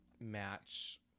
match